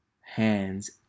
hands